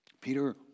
Peter